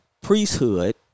priesthood